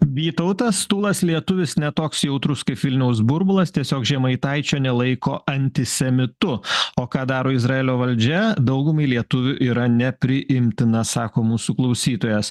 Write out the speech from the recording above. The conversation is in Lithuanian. vytautas tūlas lietuvis ne toks jautrus kaip vilniaus burbulas tiesiog žemaitaičio nelaiko antisemitu o ką daro izraelio valdžia daugumai lietuvių yra nepriimtina sako mūsų klausytojas